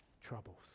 troubles